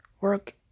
work